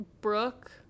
Brooke